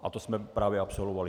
A to jsme právě absolvovali.